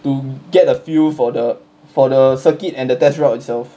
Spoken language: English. to get a feel for the for the circuit and the test route itself